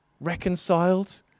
reconciled